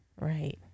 Right